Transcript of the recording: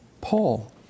Paul